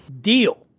Deal